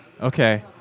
Okay